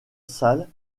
salle